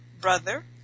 brother